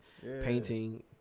painting